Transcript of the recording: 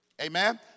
Amen